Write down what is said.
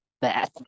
bad